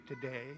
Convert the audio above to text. today